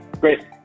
Great